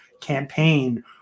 campaign